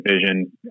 vision